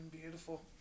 beautiful